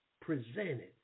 presented